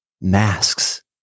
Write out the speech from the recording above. masks